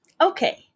Okay